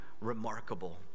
remarkable